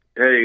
Hey